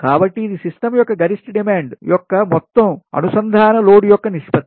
కాబట్టి ఇది సిస్టమ్ యొక్క గరిష్ట డిమాండ్ యొక్క మొత్తం అనుసంధాన లోడ్ యొక్క నిష్పత్తి